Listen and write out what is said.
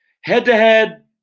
Head-to-head